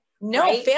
No